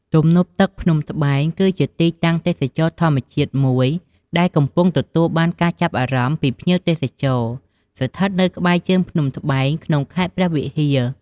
ទំនប់ទឹកភ្នំត្បែង គឺជាទីតាំងទេសចរណ៍ធម្មជាតិមួយដែលកំពុងទទួលបានការចាប់អារម្មណ៍ពីភ្ញៀវទេសចរណ៍ ស្ថិតនៅក្បែរជើង ភ្នំត្បែង ក្នុងខេត្តព្រះវិហារ។